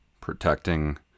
protecting